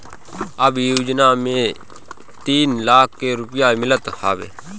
अब इ योजना में तीन लाख के रुपिया मिलत हवे